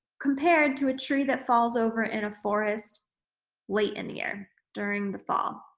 compared to a tree that falls over in a forest late in the air, during the fall.